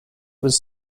was